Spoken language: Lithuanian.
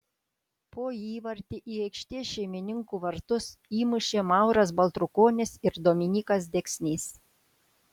po įvartį į aikštės šeimininkų vartus įmušė mauras baltrukonis ir dominykas deksnys